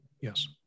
Yes